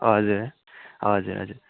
हजुर हजुर हजुर